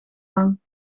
lang